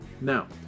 Now